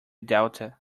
delta